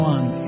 One